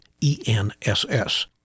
E-N-S-S